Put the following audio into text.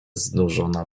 znużona